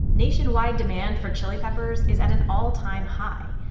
nationwide demand for chili peppers is at an all-time high,